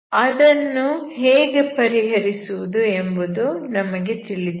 ಅದನ್ನು ಹೇಗೆ ಪರಿಹರಿಸುವುದು ಎಂಬುದು ನಮಗೆ ತಿಳಿದಿದೆ